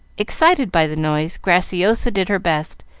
excited by the noise, graciosa did her best,